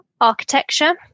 architecture